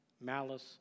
malice